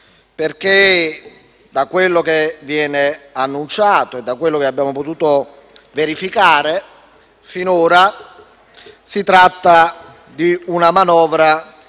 da quello che viene annunciato e da quello che abbiamo potuto verificare, finora si tratta di una manovra